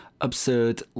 absurd